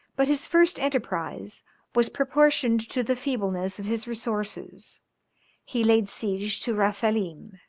but his first enterprise was proportioned to the feebleness of his resources he laid siege to raphelim,